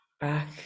back